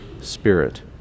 Spirit